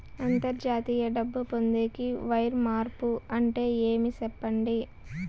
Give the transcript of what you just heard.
అంతర్జాతీయ డబ్బు పొందేకి, వైర్ మార్పు అంటే ఏమి? సెప్పండి?